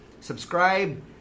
Subscribe